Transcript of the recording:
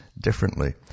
differently